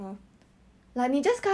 I dye my hair like